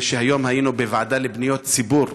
זה שהיינו היום בוועדה לפניות הציבור,